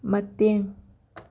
ꯃꯇꯦꯡ